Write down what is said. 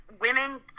women